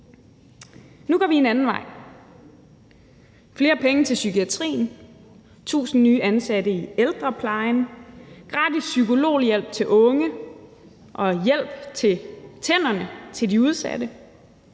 Nu går vi en anden vej med flere penge til psykiatrien, tusind nye ansatte i ældreplejen, gratis psykologhjælp til unge og hjælp til tandplejen til de udsatte.